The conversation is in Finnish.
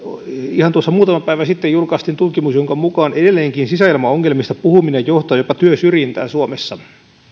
ihan muutama päivä sitten julkaistiin tutkimus jonka mukaan edelleenkin sisäilmaongelmista puhuminen johtaa jopa työsyrjintään suomessa